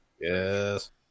Yes